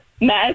mess